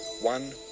one